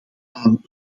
aan